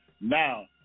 Now